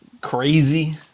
crazy